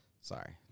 Sorry